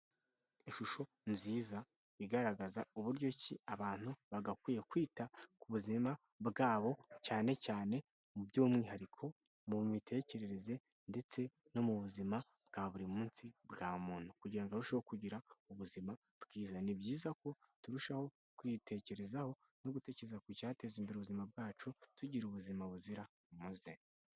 Ishusho nziza igaragaza uburyo ki abantu bagakwiye kwita ku buzima bwabo cyane cyane mu by'umwihariko mu mitekerereze ndetse no mu buzima bwa buri munsi bwa muntu, kugira ngo arusheho kugira ubuzima bwiza, Ni byiza ko turushaho kwitekerezaho no gutekereza ku cyateza imbere ubuzima bwacu tugira ubuzima buzira umuze.